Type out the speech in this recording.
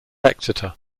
exeter